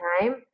time